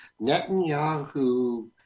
Netanyahu